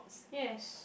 yes